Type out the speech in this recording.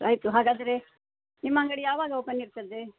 ಆಯಿತು ಹಾಗಾದರೆ ನಿಮ್ಮ ಅಂಗಡಿ ಯಾವಾಗ ಓಪನ್ ಇರ್ತದೆ